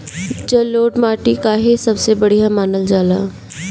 जलोड़ माटी काहे सबसे बढ़िया मानल जाला?